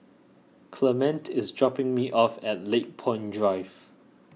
Clemente is dropping me off at Lakepoint Drive